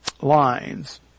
lines